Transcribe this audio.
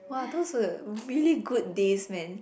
!wah! those were really good days man